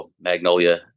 Magnolia